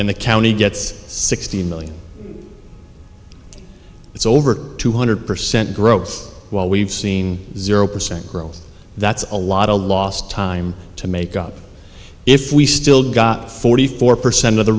and the county gets sixteen million it's over two hundred percent growth while we've seen zero percent growth that's a lot of lost time to make up if we still got forty four percent of the